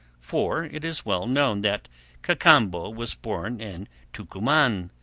for it is well known that cacambo was born in tucuman,